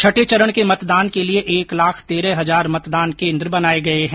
छठे चरण के मतदान के लिए एक लाख तेरह हजार मतदान केंद्र बनाए गए हैं